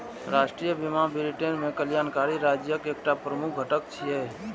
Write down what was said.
राष्ट्रीय बीमा ब्रिटेन मे कल्याणकारी राज्यक एकटा प्रमुख घटक छियै